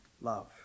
love